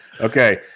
okay